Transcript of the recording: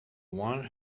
one